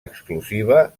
exclusiva